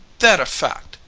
that a fact?